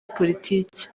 politiki